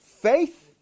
faith